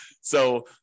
So-